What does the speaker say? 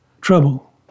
trouble